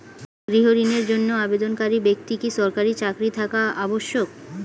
গৃহ ঋণের জন্য আবেদনকারী ব্যক্তি কি সরকারি চাকরি থাকা আবশ্যক?